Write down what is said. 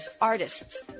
artists